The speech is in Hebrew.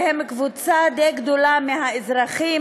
והם קבוצה די גדולה בקרב האזרחים,